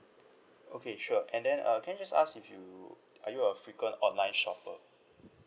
okay sure and then uh can I just ask if you are you a frequent online shopper